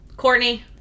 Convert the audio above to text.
Courtney